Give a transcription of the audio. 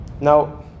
Now